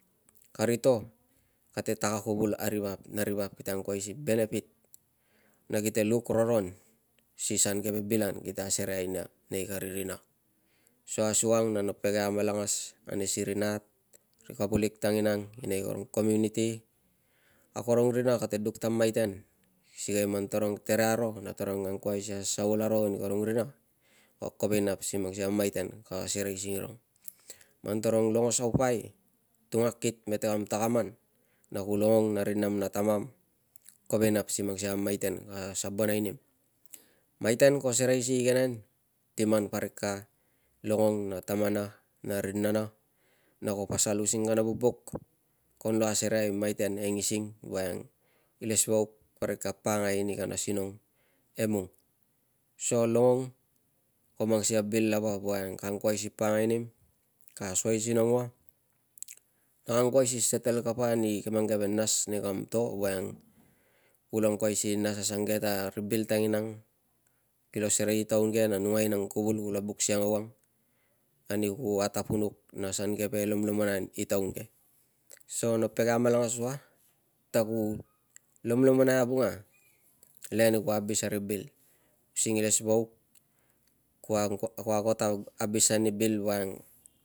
Kari to kate tak akuvul a ri vap na ri vap kite angkuai si benefit na kite luk roron si san keve bilan kite asereai nia nei kari rina so asuang na no pege amalangas ane si ri nat, ri kavulik tanginang inei karong komuniti, a karong rina kate duk ta maiten sikei man tarong tere aro na tarong angkuai si asasaul aro ni karong rina ko kovek i nap si mang sikei a maiten ka serei singirung. Man tarong longo saupai, tung akit mete kam takaman na ku longong na ri nam na tamam kovek i nap si mang sikei a maiten ka sabonai nim. Maiten ko serei si igenen ti man parik ka longong na tamana na ri nana na ko pasal using kana vubuk konlo asereai maiten e ngising woiang ilesvauk parik ka pakangai ni kana sinong emung. So longong ko mang sikei a bil lava woiang ka angkuai si pakangai nim, ka asoisinong ua na ka angkuai si setal kapa ni mang keve nas nei kam to woiang ku lo angkuai si nas ta ri bil tanginang kilo serei si taun ke na numai nang kuvul kulo buk siang ewang ani ku atapunuk a san keve lomlomonaian i taun ke. So no pege amalangas ua ta ku lomlomonai avunga le ni ku abis ani ri bil using ilesvauk ku au- ku ago ta abis ani bil woiang